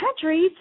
countries